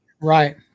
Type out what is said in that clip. Right